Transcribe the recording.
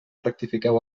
rectifiqueu